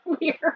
Weird